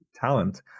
talent